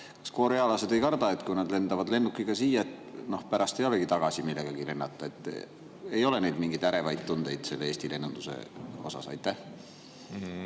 kas korealased ei karda, et kui nad lendavad lennukiga siia, siis pärast ei ole tagasi millegagi lennata? Ega neil ei ole mingeid ärevaid tundeid seoses Eesti lennundusega? Aitäh,